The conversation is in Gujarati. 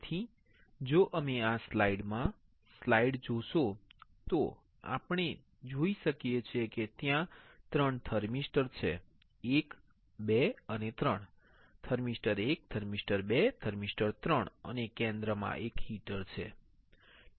તેથી જો તમે આ સ્લાઇડમાં સ્લાઇડ જોશો તો આપણે જોઈ શકીએ છીએ કે ત્યાં ત્રણ થર્મિસ્ટર છે 1 2 અને 3 થર્મિસ્ટર 1 થર્મિસ્ટર 2 થર્મિસ્ટર 3 અને કેન્દ્રમાં એક હીટર છે ઠીક છે